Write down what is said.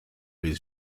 his